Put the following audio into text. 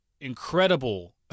incredible